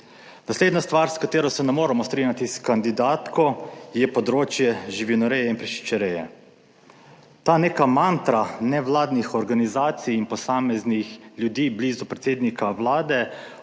Naslednja stvar, s katero se ne moremo strinjati s kandidatko, je področje živinoreje in prašičereje. Ta neka mantra nevladnih organizacij in posameznih ljudi blizu predsednika Vlade